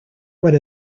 when